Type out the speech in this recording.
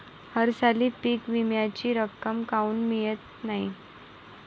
हरसाली पीक विम्याची रक्कम काऊन मियत नाई?